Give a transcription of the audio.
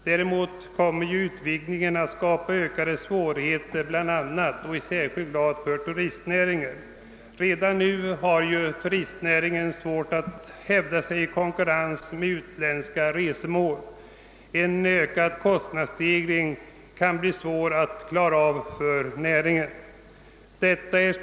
Däremot kommer utvidgningen att skapa ökade svårigheter bl.a. och i särskild grad för turistnäringen. Redan nu har turistnäringen svårt att hävda sig i konkurrensen med utländska resmål. En ökad kostnadsstegring kan bli besvärlig för näringen att klara av.